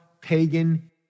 pagan